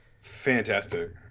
fantastic